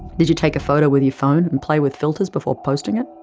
did you take a photo with your phone, and play with filters before posting it?